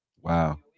Wow